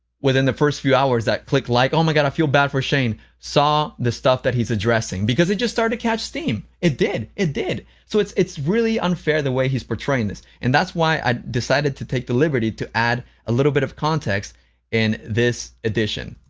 within the first few hours that click like, oh my god, i feel bad for shane, saw the stuff that he's addressing because it just started to catch steam, it did, it did. so it's it's really unfair the way he's portraying this and that's why i decided to take the liberty to add a little bit of context in this edition.